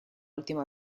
última